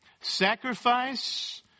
sacrifice